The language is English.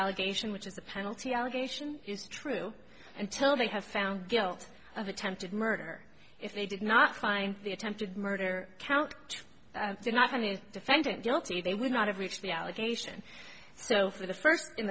allegation which is the penalty allegation is true until they have found guilty of attempted murder if they did not find the attempted murder count did not finish defendant guilty they would not have reached the allegation so for the first in